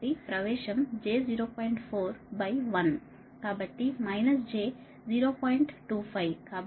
4 by 1 కాబట్టి j 0